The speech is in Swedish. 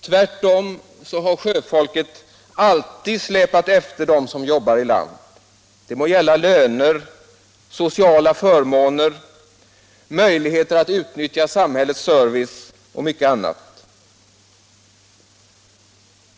Tvärtom har sjöfolket alltid släpat efter dem som jobbar i land. Det gäller löner, sociala förmåner, möjligheter att utnyttja samhällets service och mycket annat.